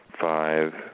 five